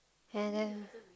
and there